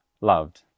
loved